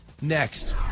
Next